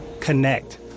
connect